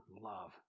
love